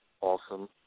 awesome